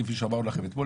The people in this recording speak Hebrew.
כפי שאמרנו לכם אתמול,